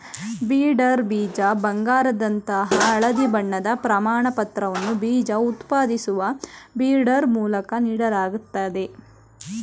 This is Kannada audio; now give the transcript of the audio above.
ಬ್ರೀಡರ್ ಬೀಜ ಬಂಗಾರದಂತಹ ಹಳದಿ ಬಣ್ಣದ ಪ್ರಮಾಣಪತ್ರವನ್ನ ಬೀಜ ಉತ್ಪಾದಿಸುವ ಬ್ರೀಡರ್ ಮೂಲಕ ನೀಡಲಾಗ್ತದೆ